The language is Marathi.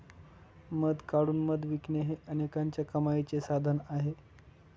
मध काढून मध विकणे हे अनेकांच्या कमाईचे साधन आहे